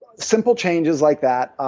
simple changes like that,